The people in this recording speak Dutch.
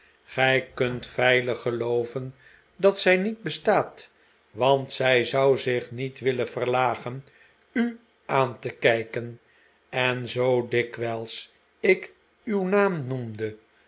gij kunt veilig gelooven dat zij niet bestaat want zij zou zich niet willeh verlagen u aan te kijken en zoo dikwijls ik uw naam noemde